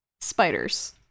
spiders